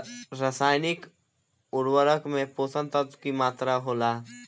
रसायनिक उर्वरक में पोषक तत्व की मात्रा होला?